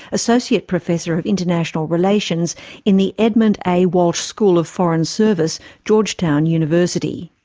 associate professor of international relations in the edmund a walsh school of foreign service, georgetown university.